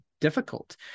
difficult